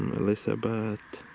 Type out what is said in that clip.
um elizabeth.